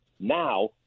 Now